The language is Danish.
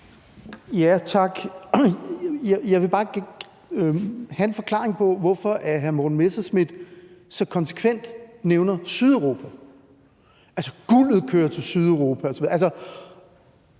Jeg vil bare have en forklaring på, hvorfor hr. Morten Messerschmidt så konsekvent nævner Sydeuropa – altså, guldet kører til Sydeuropa